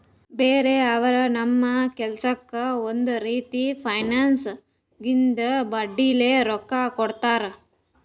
ಬ್ಯಾರೆ ಅವರು ನಮ್ ಕೆಲ್ಸಕ್ಕ್ ಒಂದ್ ರೀತಿ ಫೈನಾನ್ಸ್ದಾಗಿಂದು ಬಡ್ಡಿಲೇ ರೊಕ್ಕಾ ಕೊಡ್ತಾರ್